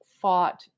fought